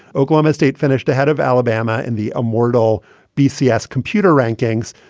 oklahoma state finished ahead of alabama. in the immortal b c s computer rankings.